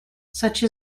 such